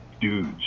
dudes